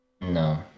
No